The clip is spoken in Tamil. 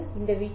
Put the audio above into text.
இந்த வீச்சு 0